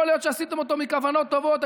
יכול להיות שעשיתם אותו מכוונות טובות,